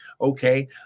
Okay